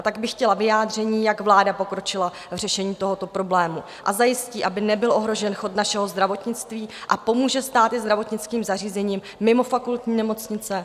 Tak bych chtěla vyjádření, jak vláda pokročila v řešení tohoto problému a zajistí, aby nebyl ohrožen chod našeho zdravotnictví, a pomůže stát i zdravotnickým zařízením mimo fakultní nemocnice?